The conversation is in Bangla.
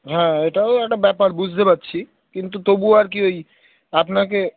হ্যাঁ এটাও একটা ব্যাপার বুসতে পাচ্ছি কিন্তু তবুও আর কি ওই আপনাকে